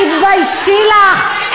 תתביישי לך.